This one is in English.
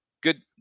good